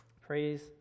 Praise